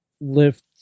lift